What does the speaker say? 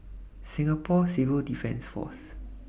Singapore Civil Defence Force